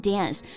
Dance